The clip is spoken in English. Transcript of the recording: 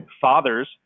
fathers